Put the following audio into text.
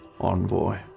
Envoy